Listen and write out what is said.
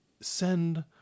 send